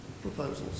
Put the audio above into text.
proposals